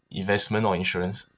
investment or insurance